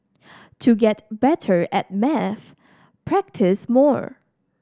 to get better at maths practise more